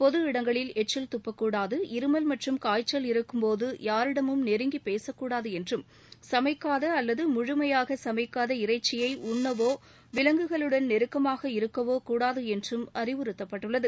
பொது இடங்களில் எச்சில் துப்பக்கூடாது இருமல் மற்றும் காய்ச்சல் இருக்கும்போது யாரிடமும் நெருங்கி பேசக்கூடாது என்றும் சமைக்காத அல்லது முழுமையாக சமைக்காத இறைச்சியை உண்ணவோ விலங்குகளுடன் நெருக்கமாக இருக்கவோ கூடாது என்றும் அறிவுறுத்தப்பட்டுள்ளது